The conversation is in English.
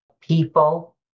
people